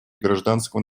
гражданского